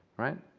right?